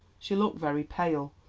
she looked very pale,